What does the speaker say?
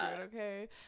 okay